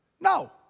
no